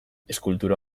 eskultura